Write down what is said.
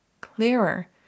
clearer